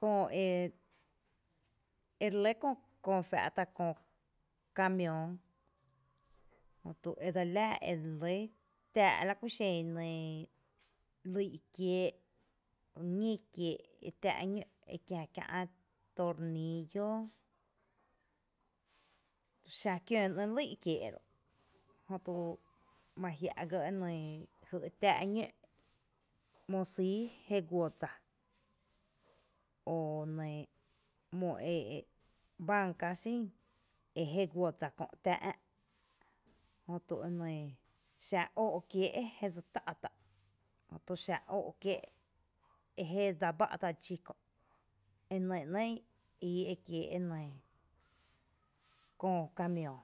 Köö ee ere lɇ köö fa’ta’ köö camión jötu edselaa tⱥⱥ’ láku xen lyy’ kiée’, ñí kiée’ e kiä kiä’ torníillo, xⱥ kiǿ ‘née’ lýy’ kiee’ ro’ jötu ma jia’ ga jy e tⱥⱥ’ ñǿ’, ‘mo sýy jé guo dsa o ‘mo e (hesotation) e banca xín eje guo dsa kö’ tⱥⱥ’ ⱥä’, jötu e nɇɇ xa óó’ kiee’ jé dse tá’ tá’ jötu xa óó’ kiée’ e jé dse baa’ tá’ dxó kö’ e nɇ nɇɇ’ íi e kiee’ e nɇ köö camión